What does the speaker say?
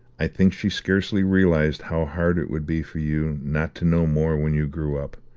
i think she scarcely realized how hard it would be for you not to know more when you grew up.